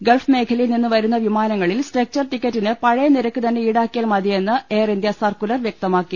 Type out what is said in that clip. Gulf മേഖലയിൽ നിന്ന് വരുന്ന വിമാന ങ്ങളിൽ സ്ട്രെക്ചർ ടിക്കറ്റിന് പഴയ നിരക്ക് തന്നെ ഈടാക്കി യാൽ മതിയെന്ന് എയർ ഇന്ത്യ സർക്കുലർ വൃക്തമാക്കി